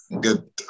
Good